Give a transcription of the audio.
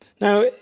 Now